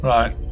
Right